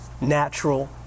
natural